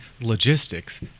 logistics